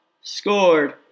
scored